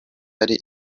ari